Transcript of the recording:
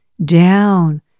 down